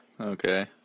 Okay